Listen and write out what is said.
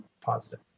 positive